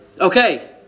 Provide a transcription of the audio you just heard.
Okay